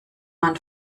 man